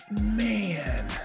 Man